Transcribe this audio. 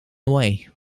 away